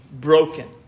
broken